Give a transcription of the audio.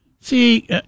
See